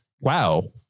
wow